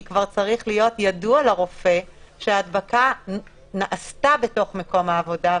כי כבר צריך להיות ידוע לרופא שההדבקה נעשתה בתוך מקום העבודה.